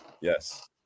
Yes